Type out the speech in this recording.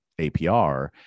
APR